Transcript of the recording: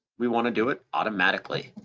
we wanna do it automatically.